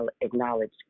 acknowledge